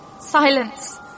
silence